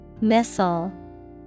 Missile